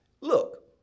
look